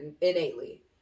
innately